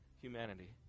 humanity